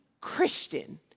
Christian